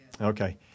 Okay